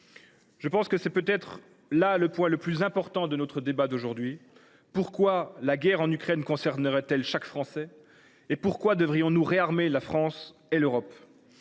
Je pense que c’est peut être là le point le plus important de notre débat : pourquoi la guerre en Ukraine concernerait elle chaque Français ? pourquoi devrions nous réarmer la France et l’Europe ?